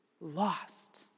lost